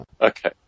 Okay